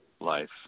life